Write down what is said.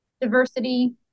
diversity